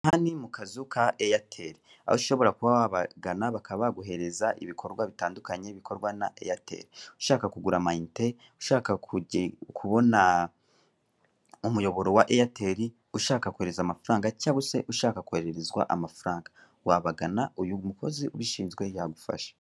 Aha ni mu kazu ka eyateri aho ushobora kuba wabagana bakaba baguhereza ibikorwa bitandukanye bikorwa na eyateri, ushaka kugura amayinite, ushaka kubona umuyoboro wa eyateri, ushaka kohereza amafaranga cyangwa se ushaka kohererezwa amafaranga wabagana uyu mukozi ubishinzwe yagufasha.